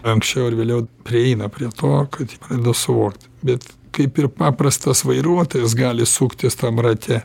anksčiau ar vėliau prieina prie to kad pradeda suvokt bet kaip ir paprastas vairuotojas gali suktis tam rate